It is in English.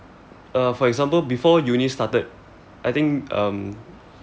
uh for example before uni started I think um